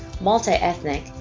multi-ethnic